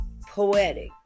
Poetic